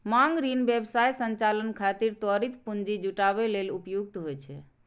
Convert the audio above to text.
मांग ऋण व्यवसाय संचालन खातिर त्वरित पूंजी जुटाबै लेल उपयुक्त होइ छै